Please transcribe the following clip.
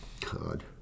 God